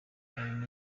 ari